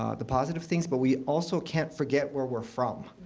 ah the positive things. but we also can't forget where we're from,